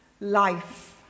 life